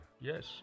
Yes